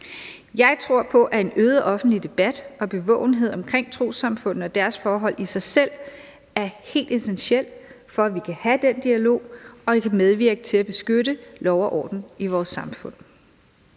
Jeg tror på, at en øget offentlig debat og bevågenhed om trossamfundene og deres forhold i sig selv er helt essentiel for, at vi kan have den dialog, og at det kan medvirke til at beskytte lov og orden i vores samfund.